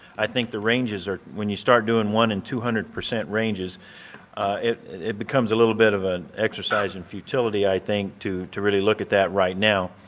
i think the ranges are when you start doing one and two hundred percent ranges it it becomes a little bit of an exercise and futility, i think, to really look at that right now.